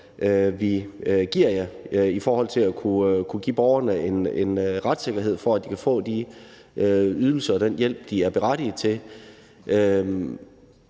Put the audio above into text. vi jer i forhold til at kunne give borgerne en retssikkerhed, for at de kan få de ydelser og den hjælp, de er berettiget til;